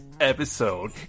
episode